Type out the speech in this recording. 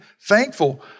thankful